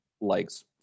likes